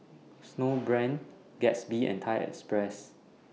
Snowbrand Gatsby and Thai Express